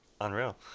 Unreal